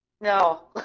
No